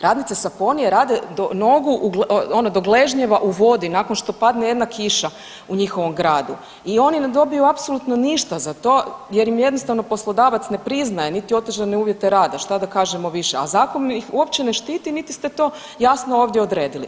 Radnice Saponie rade u nogu ono do gležnjeva u vodi nakon što padne jedna kiša u njihovom gradu i oni ne dobiju apsolutno ništa za to jer im jednostavno poslodavac ne priznaje niti otežane uvjete rada, šta da kažemo više, a zakon ih uopće ne štiti niti ste to jasno ovdje odredili.